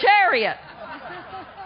chariot